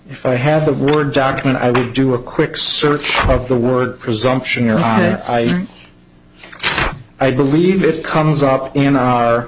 if i have the word document i will do a quick search of the word presumption your honor i i believe it comes up in our